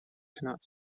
cannot